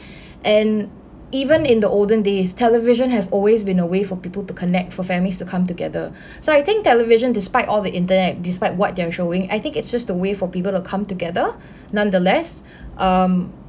and even in the olden days television have always been a way for people to connect for families to come together so I think television despite all the internet despite what they're showing I think it's just the way for people to come together nonetheless um